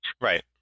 Right